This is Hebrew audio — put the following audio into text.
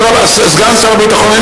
סגן שר הביטחון,